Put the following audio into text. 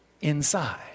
inside